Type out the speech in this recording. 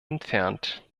entfernt